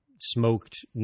smoked